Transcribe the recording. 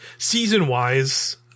Season-wise